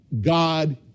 God